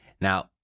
Now